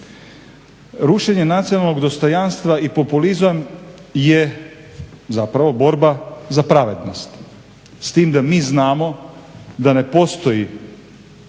Rušenje nacionalnog dostojanstva i populizam je zapravo borba za pravednost s tim da mi znamo da ne postoji